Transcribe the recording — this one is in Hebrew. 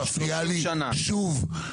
את מפריעה לי שוב.